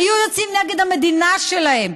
היו יוצאים נגד המדינה שלהם,